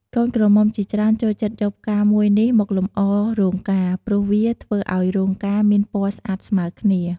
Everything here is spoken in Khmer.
កូនក្រមុំជាច្រើនចូលចិត្តយកផ្កាមួយនេះមកលម្អរោងការ ព្រោះវាធ្វើឲ្យរោងការមានពណ៌ស្អាតស្មើរគ្នា។